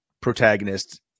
protagonist